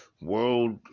world